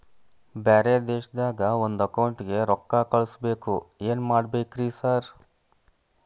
ಬ್ಯಾರೆ ದೇಶದಾಗ ಒಂದ್ ಅಕೌಂಟ್ ಗೆ ರೊಕ್ಕಾ ಕಳ್ಸ್ ಬೇಕು ಏನ್ ಮಾಡ್ಬೇಕ್ರಿ ಸರ್?